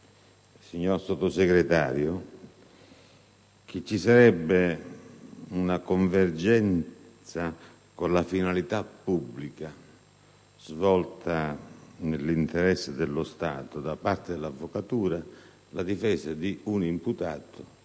Signor Sottosegretario, apprendiamo così che ci sarebbe una convergenza con la finalità pubblica svolta nell'interesse dello Stato da parte dell'Avvocatura nella difesa di un imputato